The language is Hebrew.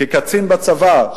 כקצין בצבא,